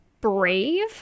brave